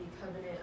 covenant